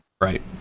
right